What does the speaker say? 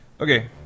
Okay